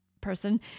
person